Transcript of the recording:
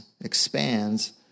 expands